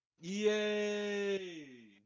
Yay